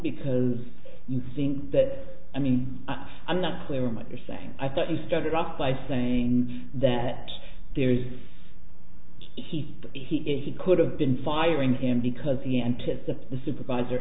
because you think that i mean i'm not clear what you're saying i thought he started off by saying that there is he he is he could have been firing him because the anticipate the supervisor